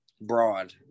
broad